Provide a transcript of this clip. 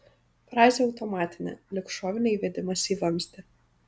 frazė automatinė lyg šovinio įvedimas į vamzdį